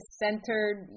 centered